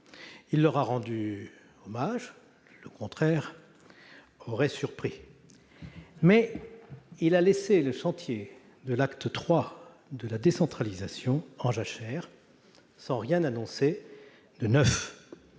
Il leur a rendu hommage- le contraire aurait surpris -, mais il a laissé le chantier de l'acte III de la décentralisation en jachère, sans rien annoncer de neuf.